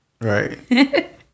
Right